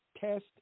test